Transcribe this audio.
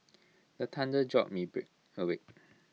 the thunder jolt me awake